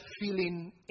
feeling